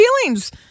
feelings